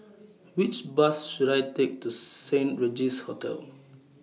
Which Bus should I Take to Saint Regis Hotel